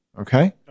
Okay